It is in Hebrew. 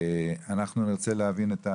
אנחנו נרצה להבין את הסעיף,